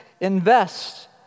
invest